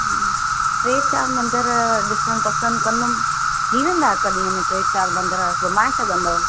टे चारि मन्दर ॾिसण पसन्दि कन्दमि थी वेन्दा हिकु ॾींहुं में टे चारि मन्दिर घुमाए सघन्दव